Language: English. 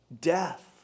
death